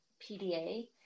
PDA